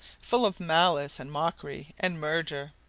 full of malice, and mockery, and murder.